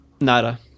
nada